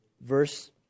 verse